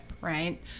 right